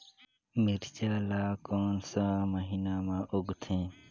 मिरचा ला कोन सा महीन मां उगथे?